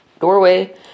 doorway